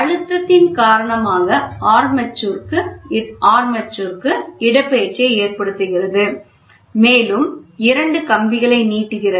அழுத்தத்தின் காரணமாக ஆர்மெச்சருக்கு இடப்பெயர்ச்சியை ஏற்படுத்துகிறது மேலும் இரண்டு கம்பிகளை நீட்டுகிறது